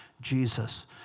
Jesus